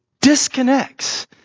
disconnects